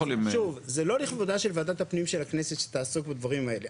זה לא לכבודה של ועדת הפנים של הכנסת שתעסוק בדברים האלה,